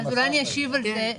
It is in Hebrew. אני אשיב על זה.